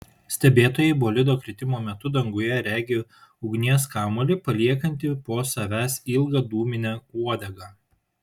stebėtojai bolido kritimo metu danguje regi ugnies kamuolį paliekantį po savęs ilgą dūminę uodegą